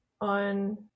on